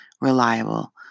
reliable